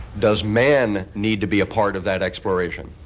does man need to be part of that exploration?